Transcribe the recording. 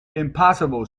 impossible